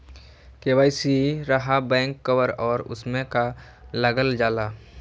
KYC रहा back cover और उसमें का का लागल जाला?